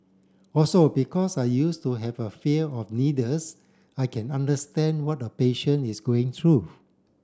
also because I used to have a fear of needles I can understand what a patient is going through